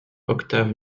octave